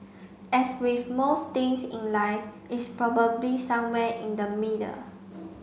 as with most things in life it's probably somewhere in the middle